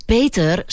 Peter